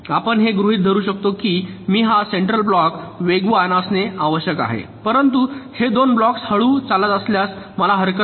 आपण हे गृहित धरू की मी हा सेंट्रल ब्लॉक वेगवान असणे आवश्यक आहे परंतु हे दोन ब्लॉक्स हळू चालत असल्यास मला हरकत नाही